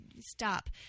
Stop